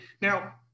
Now